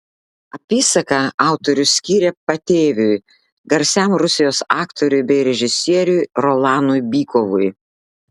apysaką autorius skyrė patėviui garsiam rusijos aktoriui bei režisieriui rolanui bykovui